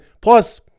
Plus